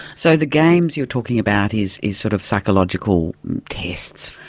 so the games you're talking about is is sort of psychological tests?